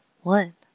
one